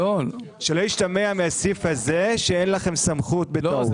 שלא ישתמע מהסעיף הזה שאין לכם סמכות בטעות.